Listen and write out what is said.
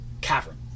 cavern